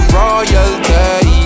royalty